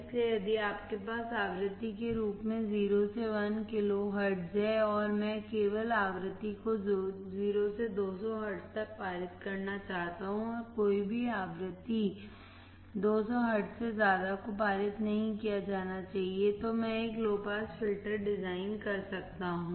इसलिए यदि आपके पास आवृत्ति के रूप में 0 से 1 किलोहर्ट्ज़ है और मैं केवल आवृत्ति को 0 से 200 हर्ट्ज तक पारित करना चाहता हूं और कोई भी आवृत्ति 200 हर्ट्ज से ज्यादा को पारित नहीं किया जाना चाहिए तो मैं एक लो पास फ़िल्टर डिज़ाइन कर सकता हूं